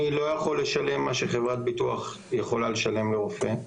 אני לא יכול לשלם מה שחברת ביטוח יכולה לשלם לרופא.